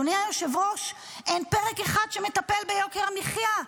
אדוני היושב-ראש: אין פרק אחד שמטפל ביוקר המחיה.